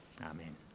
Amen